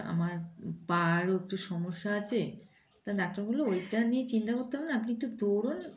আমার পারও একটু সমস্যা আছে তা ডাক্তার বলল ওইটা নিয়ে চিন্তা করতে হবে না আপনি একটু দৌড়ন